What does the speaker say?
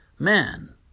Man